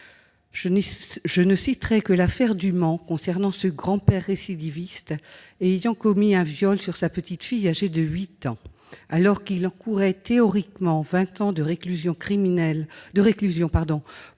Je ne citerai que l'affaire du Mans concernant ce grand-père récidiviste ayant commis un viol sur sa petite-fille âgée de huit ans. Alors qu'il encourait théoriquement vingt ans de réclusion pour viol devant une cour